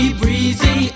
breezy